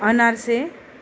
अनारसे